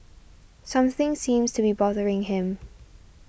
something seems to be bothering him